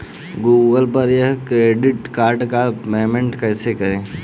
Google पर से credit card का पेमेंट कैसे करें?